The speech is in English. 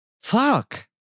fuck